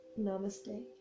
Namaste